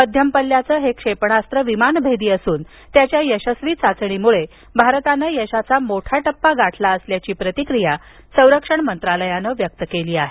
मध्यम पल्ल्याचं हे क्षेपणास्त्र विमानभेदी असून त्याच्या यशस्वी चाचणीमुळे भारतानं यशाचा मोठा टप्पा गाठला असल्याची प्रतिक्रिया संरक्षण मंत्रालयानं व्यक्त केली आहे